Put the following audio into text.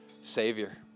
savior